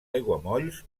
aiguamolls